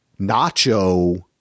nacho